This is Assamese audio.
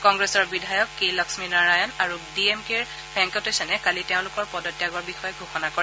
কংগ্ৰেছৰ বিধায়ক কে লক্ষ্মীনাৰায়ণ আৰু ডি এম কেৰ ভেংকটেছনে কালি তেওঁলোকৰ পদত্যাগৰ বিষয়ে ঘোষণা কৰে